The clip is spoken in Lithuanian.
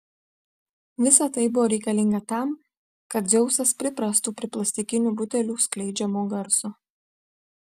visa tai buvo reikalinga tam kad dzeusas priprastų prie plastikinių butelių skleidžiamo garso